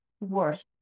worth